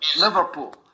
Liverpool